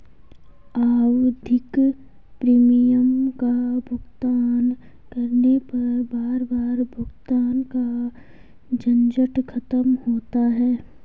आवधिक प्रीमियम का भुगतान करने पर बार बार भुगतान का झंझट खत्म होता है